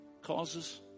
causes